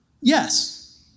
Yes